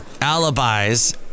Alibis